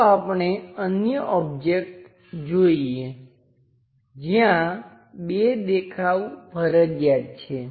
ચાલો આપણે અન્ય ઓબ્જેક્ટ્સ જોઈએ જ્યાં બે દેખાવ ફરજિયાત છે